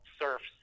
surfs